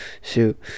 shoot